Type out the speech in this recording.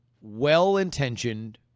well-intentioned